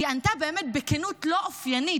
היא ענתה באמת בכנות לא אופיינית,